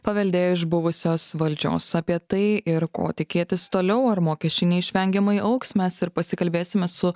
paveldėjo iš buvusios valdžios apie tai ir ko tikėtis toliau ar mokesčiai neišvengiamai augs mes ir pasikalbėsime su